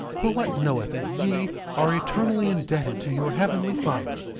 but what knoweth that ye are eternally indebted to your heavenly father,